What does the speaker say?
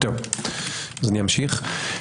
אמשיך.